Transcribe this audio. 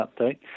update